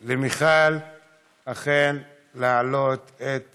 למיכל, אכן, להעלות את